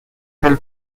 del